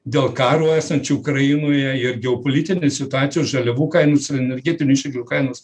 dėl karo esančio ukrainoje ir geopolitinės situacijos žaliavų kainos energetinių išteklių kainos